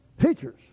teachers